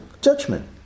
judgment